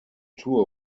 tour